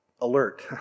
alert